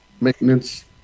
maintenance